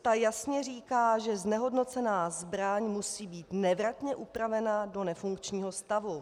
Ta jasně říká, že znehodnocená zbraň musí být nevratně upravena do nefunkčního stavu.